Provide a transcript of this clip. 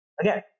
Again